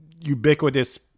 ubiquitous